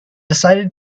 decided